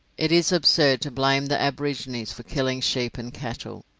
it is absurd to blame the aborigines for killing sheep and cattle.